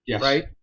right